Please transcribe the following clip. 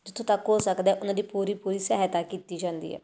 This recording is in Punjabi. ਜਿੱਥੋਂ ਤੱਕ ਹੋ ਸਕਦਾ ਉਹਨਾਂ ਦੀ ਪੂਰੀ ਪੂਰੀ ਸਹਾਇਤਾ ਕੀਤੀ ਜਾਂਦੀ ਹੈ